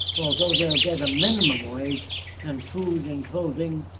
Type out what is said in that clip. although they'll get minimum wage and food and clothing.